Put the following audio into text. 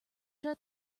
then